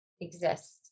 exist